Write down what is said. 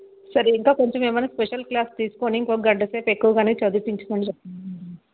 సరే ఇంకా కొంచెం ఏమైనా స్పెషల్ క్లాస్ తీసుకుని ఇంకొక గంటసేపు ఎక్కువగానే చదింవించమని చెప్పండి